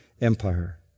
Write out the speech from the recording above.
Empire